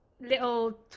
little